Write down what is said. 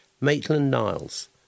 Maitland-Niles